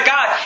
God